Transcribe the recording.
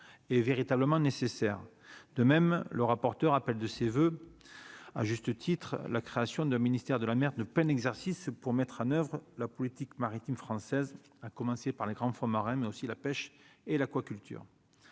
est véritablement nécessaire, de même le rapporteur appelle de ses voeux à juste titre la création d'un ministère de la mer de peine exercice pour mettre à l'oeuvre, la politique maritime française, à commencer par les grands fonds marins mais aussi la pêche et l'aquaculture,